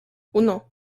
uno